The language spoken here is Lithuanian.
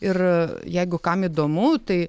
ir jeigu kam įdomu tai